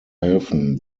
helfen